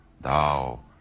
Thou